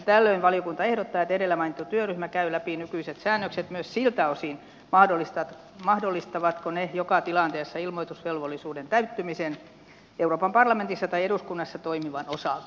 tällöin valiokunta ehdottaa että edellä mainittu työryhmä käy läpi nykyiset säännökset myös siltä osin mahdollistavatko ne joka tilanteessa ilmoitusvelvollisuuden täyttymisen euroopan parlamentissa tai eduskunnassa toimivan osalta